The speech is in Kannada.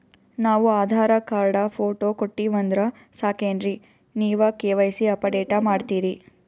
ನಾವು ಆಧಾರ ಕಾರ್ಡ, ಫೋಟೊ ಕೊಟ್ಟೀವಂದ್ರ ಸಾಕೇನ್ರಿ ನೀವ ಕೆ.ವೈ.ಸಿ ಅಪಡೇಟ ಮಾಡ್ತೀರಿ?